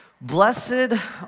Blessed